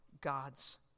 God's